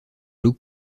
look